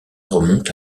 remonte